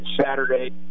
Saturday